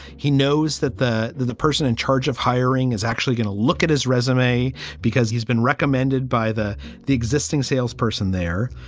he knows that the the the person in charge of hiring is actually going to look at his resume because he's been recommended by the the existing sales person there.